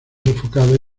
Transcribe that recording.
sofocada